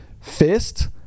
fist